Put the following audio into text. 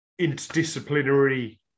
interdisciplinary